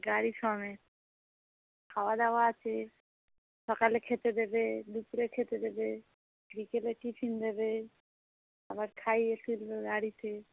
গাড়ি সমেত খাওয়া দাওয়া আছে সকালে খেতে দেবে দুপুরে খেতে দেবে বিকেলে টিফিন দেবে আবার খাইয়ে ফিরবে গাড়িতে